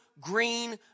green